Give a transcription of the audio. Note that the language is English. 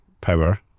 power